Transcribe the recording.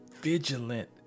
vigilant